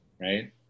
right